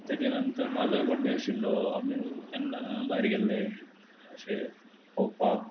तेज्या नंतर म्हाजोय बड्डे आशिल्लो आमी तेन्ना भायर गेल्ले अशें भोंवपाक